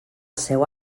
seu